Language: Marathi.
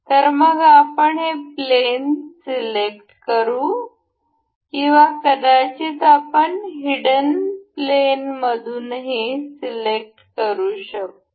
तर मग आपण हे प्लेन सिलेक्ट करू किंवा कदाचित आपण हिडन प्लेन मधूनही सिलेक्ट करू शकतो